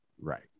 Right